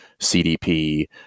cdp